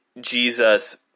Jesus